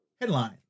headline